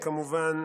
כמובן,